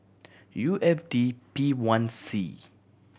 U F D P one C